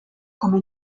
come